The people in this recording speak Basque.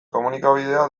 komunikabidea